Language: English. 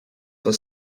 for